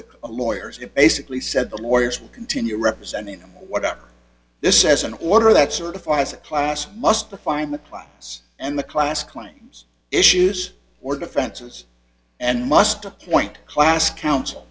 the lawyers get basically said the lawyers will continue representing what this says in order that certifies a class must define the class and the class claims issues or defenses and must appoint class counsel